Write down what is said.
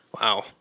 Wow